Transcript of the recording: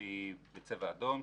שהיא בצבע אדום,